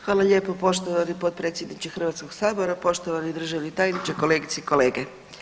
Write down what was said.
Hvala lijepo poštovani potpredsjedniče Hrvatskog sabora, poštovani državni tajniče, kolegice i kolege.